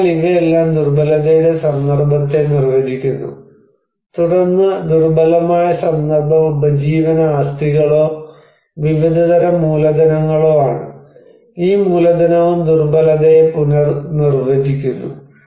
അതിനാൽ ഇവയെല്ലാം ദുർബലതയുടെ സന്ദർഭത്തെ നിർവചിക്കുന്നു തുടർന്ന് ദുർബലമായ സന്ദർഭം ഉപജീവന ആസ്തികളോ വിവിധതരം മൂലധനങ്ങളോ ആണ് ഈ മൂലധനവും ദുർബലതയെ പുനർനിർവചിക്കുന്നു